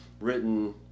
written